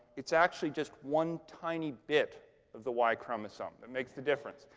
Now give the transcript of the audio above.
it's actually just one tiny bit of the y chromosome that makes the difference.